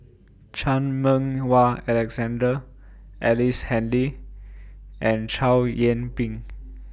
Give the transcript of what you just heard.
Chan Meng Wah Alexander Ellice Handy and Chow Yian Ping